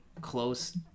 close